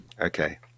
Okay